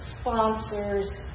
sponsors